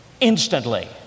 instantly